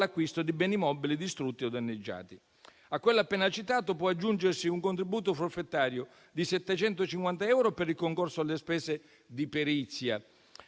di beni mobili distrutti o danneggiati. A quello appena citato può aggiungersi un contributo forfettario di 750 euro per il concorso alle spese di perizia